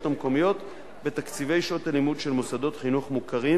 המקומיות בתקציבי שעות הלימוד של מוסדות חינוך מוכרים